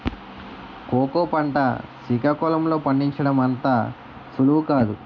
cocoa పంట సికాకుళం లో పండించడం అంత సులువు కాదు